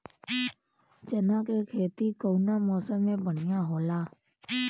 चना के खेती कउना मौसम मे बढ़ियां होला?